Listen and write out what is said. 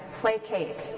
placate